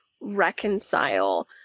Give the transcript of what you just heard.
reconcile